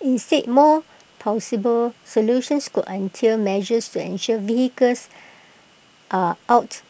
instead more plausible solutions could entail measures to ensure vehicles are out